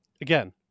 again